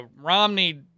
Romney